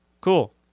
Cool